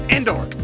Indoor